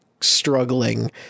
struggling